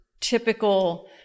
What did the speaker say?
typical